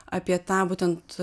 apie tą būtent